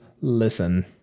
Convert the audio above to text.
listen